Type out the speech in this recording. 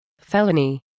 felony